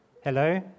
hello